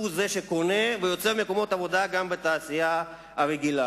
הוא זה שקונה ויוצר מקומות עבודה גם בתעשייה הרגילה,